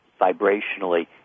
vibrationally